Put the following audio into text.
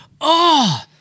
oh-